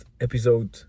episode